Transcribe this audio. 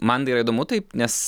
man tai yra įdomu taip nes